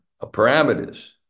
parameters